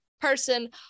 person